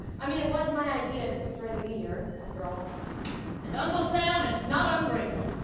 i mean it was my idea to destroy the meteor after all and uncle sam is not ungrateful